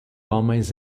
homens